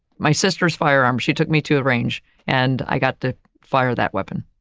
my sister's firearm, she took me to a range and i got to fire that weapon.